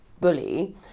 bully